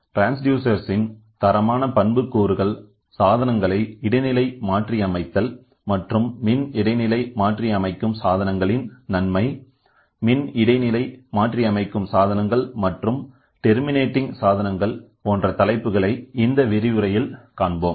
transducer இன் தரமான பண்புக்கூறுகள் சாதனங்களை இடைநிலை மாற்றியமைத்தல் மற்றும் மின்இடைநிலை மாற்றி அமைக்கும் சாதனங்களின் நன்மை மின்இடைநிலை மாற்றி அமைக்கும் சாதனங்கள் மற்றும் டெர்மினேட்டிங் சாதனங்கள் போன்ற தலைப்புகள் இந்த விரிவுரையில் உள்ளடங்கும்